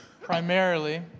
primarily